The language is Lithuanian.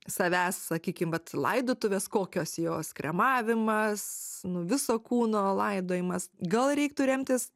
savęs sakykim vat laidotuvės kokios jos kremavimas nu viso kūno laidojimas gal reiktų remtis